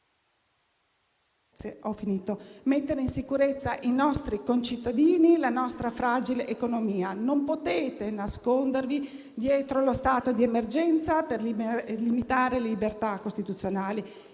e voi dovete mettere in sicurezza i nostri concittadini e la nostra fragile economia. Non potete nascondervi dietro lo stato di emergenza per limitare le libertà costituzionali.